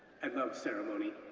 i love ceremony.